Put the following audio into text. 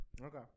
Okay